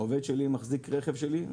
עובד שלי מחזיק רכב שלי,